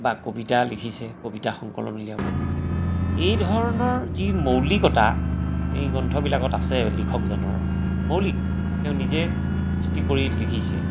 বা কবিতা লিখিছে কবিতা সংকলন উলিয়াব এইধৰণৰ যি মৌলিকতা এই গ্ৰন্থবিলাকত আছে লিখকজনৰ মৌলিক তেওঁ নিজে সৃষ্টি কৰি লিখিছে